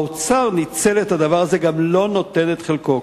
האוצר ניצל את זה ולא נותן את חלקו.